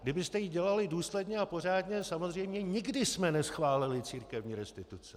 Kdybyste ji dělali důsledně a pořádně, samozřejmě nikdy jsme neschválili církevní restituce.